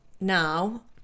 now